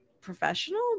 professional